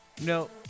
No